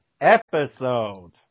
episode